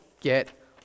get